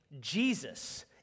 Jesus